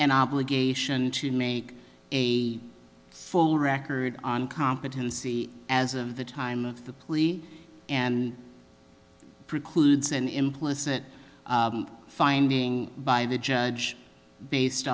an obligation to make a full record on competency as of the time of the plea and precludes an implicit finding by the judge based